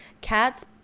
Cat's